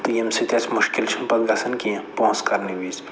تہٕ ییٚمہِ سۭتۍ اَسہِ مُشکِل چھُنہٕ پَتہٕ گژھان کیٚنٛہہ پونٛسہٕ کَڑنہٕ وِزِ